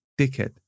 Dickhead